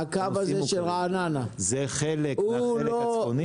הקו של רעננה -- זה חלק מהחלק הצפוני.